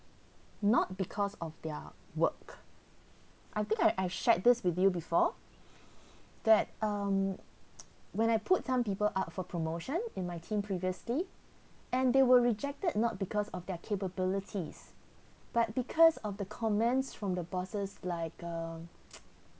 not because of their work I think I I shared this with you before that um when I put some people out for promotion in my team previously and they were rejected not because of their capabilities but because of the comments from the bosses like um